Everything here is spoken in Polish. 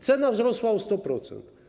Cena wzrosła o 100%.